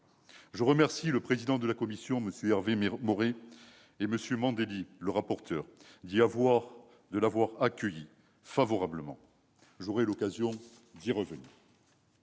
Je remercie le président de la commission, M. Hervé Maurey, et le rapporteur, M. Didier Mandelli, de l'avoir accueillie favorablement. J'aurai l'occasion d'y revenir.